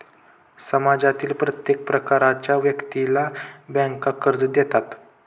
समाजातील प्रत्येक प्रकारच्या व्यक्तीला बँका कर्ज देतात